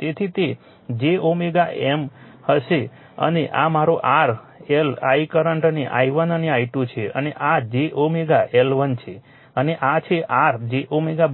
તેથી તે j M હશે અને આ મારો r I કરંટ છે i1 આ i2 છે અને આ j L1 છે અને આ છે r j આ